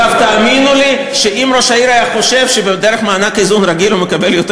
תאמינו לי שאם ראש העיר היה חושב שדרך מענק איזון רגיל הוא מקבל יותר,